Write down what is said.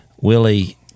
Willie